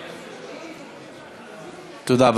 תודה.